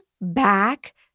back